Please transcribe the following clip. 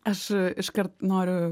aš iškart noriu